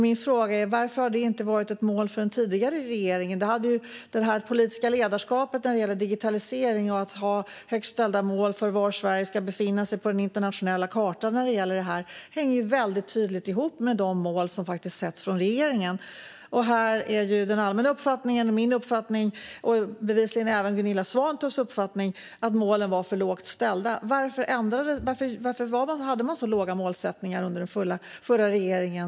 Min fråga är: Varför har det inte varit ett mål för den tidigare regeringen? Det politiska ledarskapet när det gäller digitalisering och att ha högt ställda mål för var Sverige ska befinna sig på den internationella kartan hänger ju tydligt ihop med de mål som sätts av regeringen. Här är den allmänna uppfattningen, min uppfattning och bevisligen även Gunilla Svantorps uppfattning att målen var för lågt ställda. Varför hade man så låga målsättningar under den förra regeringen?